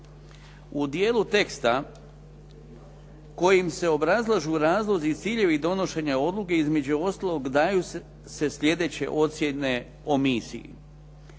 U dijelu teksta kojim se obrazlažu razlozi i ciljevi donošenja odluke između ostalog daju se sljedeće ocjene o misiji.